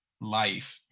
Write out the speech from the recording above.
life